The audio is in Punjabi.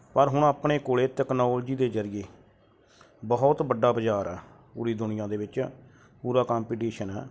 ਪਰ ਹੁਣ ਆਪਣੇ ਕੋਲ ਤਕਨੋਲਜੀ ਦੇ ਜ਼ਰੀਏ ਬਹੁਤ ਵੱਡਾ ਬਜ਼ਾਰ ਹੈ ਪੂਰੀ ਦੁਨੀਆ ਦੇ ਵਿੱਚ ਪੂਰਾ ਕੰਪੀਟੀਸ਼ਨ ਆ